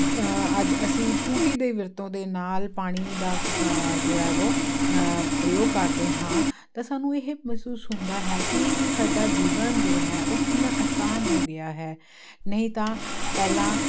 ਅੱਜ ਅਸੀਂ ਟੂਟੀ ਦੀ ਵਰਤੋਂ ਦੇ ਨਾਲ ਪਾਣੀ ਦਾ ਜੋ ਹੈ ਉਹ ਪ੍ਰਯੋਗ ਕਰਦੇ ਹਾਂ ਤਾਂ ਸਾਨੂੰ ਇਹ ਮਹਿਸੂਸ ਹੁੰਦਾ ਹੈ ਕਿ ਸਾਡਾ ਜੀਵਨ ਜੋ ਹੈ ਉਹ ਕਿੰਨਾ ਆਸਾਨ ਹੋ ਗਿਆ ਹੈ ਨਹੀਂ ਤਾਂ ਪਹਿਲਾਂ